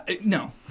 No